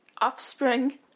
offspring